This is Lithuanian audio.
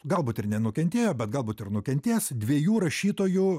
galbūt ir nenukentėjo bet galbūt ir nukentės dviejų rašytojų